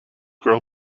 girl